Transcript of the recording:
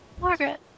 Margaret